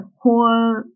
whole